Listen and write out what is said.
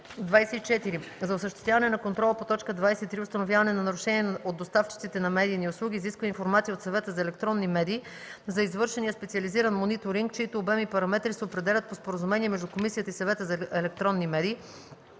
24. за осъществяване на контрола по т. 23 и установяване на нарушения от доставчиците на медийни услуги изисква информация от Съвета за електронни медии за извършения специализиран мониторинг, чийто обем и параметри се определят по споразумение между комисията и Съвета за електронни медии,